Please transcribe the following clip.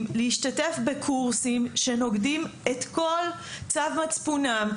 להשתתף בקורסים שנוגדים את כל צו מצפונם,